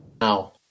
now